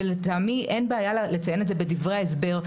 ולטעמי אין בעיה לציין את זה בדברי ההסבר,